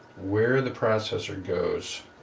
where the processor goes?